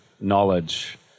knowledge